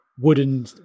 wooden